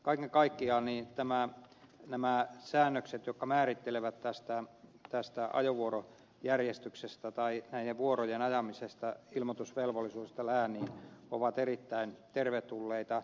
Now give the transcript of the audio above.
kaiken kaikkiaan nämä säännökset jotka määrittelevät tästä ajovuorojärjestyksestä tai näiden vuorojen ajamisesta ja ilmoitusvelvollisuudesta lääniin ovat erittäin tervetulleita